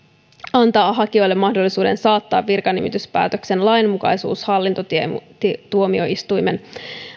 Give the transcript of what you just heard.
antaa hakijoille mahdollisuuden saattaa virkanimityspäätöksen lainmukaisuus hallintotuomioistuimen